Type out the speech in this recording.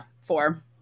Four